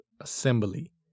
Assembly